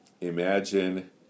imagine